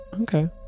Okay